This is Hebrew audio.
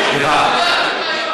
סליחה.